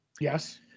Yes